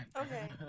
Okay